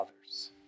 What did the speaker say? others